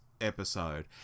episode